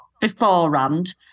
beforehand